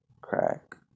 crack